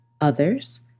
Others